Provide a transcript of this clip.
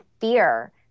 fear